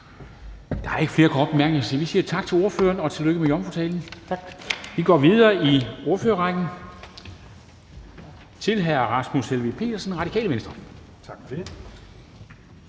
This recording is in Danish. Der er ikke flere korte bemærkninger, så vi siger tak til ordføreren, og tillykke med jomfrutalen. Vi går videre i ordførerrækken til hr. Rasmus Helveg Petersen, Radikale Venstre.